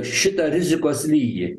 šitą rizikos lygį